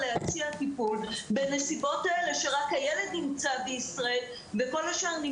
להציע טיפול בנסיבות האלה שרק הילד נמצא בישראל וכל השאר,